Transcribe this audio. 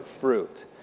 fruit